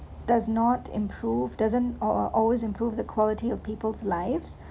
does not improve doesn't uh always improve the quality of people's lives